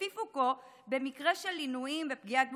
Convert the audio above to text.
לפי פוקו, במקרה של עינויים ופגיעה גופנית,